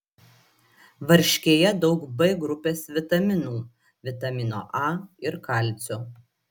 varškėje daug b grupės vitaminų vitamino a ir kalcio